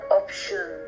option